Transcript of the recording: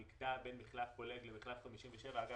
במקטע בין מחלף פולג למחלף 57 אגב,